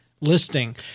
listing